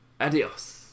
Adios